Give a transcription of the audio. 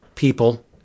people